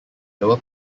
lower